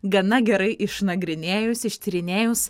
gana gerai išnagrinėjus ištyrinėjus